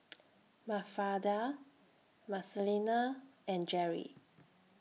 Mafalda Marcelino and Jerry